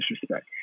disrespect